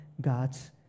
God's